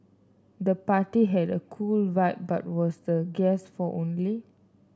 the party had a cool vibe but was the guest for only